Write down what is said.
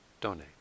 donate